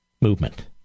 movement